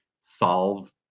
solve